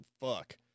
fuck